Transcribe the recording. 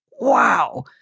wow